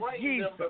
Jesus